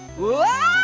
whoa,